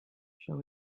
shall